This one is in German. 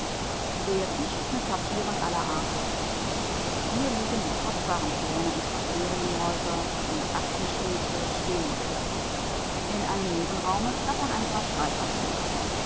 der tisch ist mit papieren aller art bedeckt hier liegen die kostbaren pläne unserer ferienhäuser sind aktenstöße stehen modelle in einem nebenraume klappern ein paar